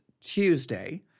Tuesday